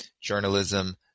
journalism